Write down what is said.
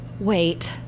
Wait